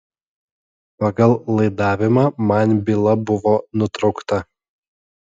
pagal laidavimą man byla buvo nutraukta